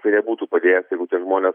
tai nebūtų būtų padėjęs jeigu tie žmonės